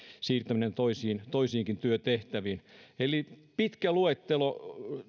siirtäminen toisiinkin työtehtäviin eli pitkä luettelo